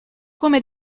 come